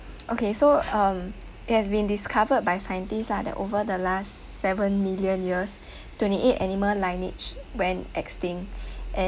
okay so um it has been discovered by scientists lah that over the last seven million years twenty eight animal lineage went extinct